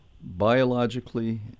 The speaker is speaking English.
biologically